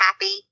happy